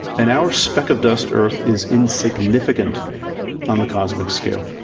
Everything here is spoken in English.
and our speck-of-dust earth is insignificant on the cosmic scale.